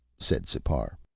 said sipar.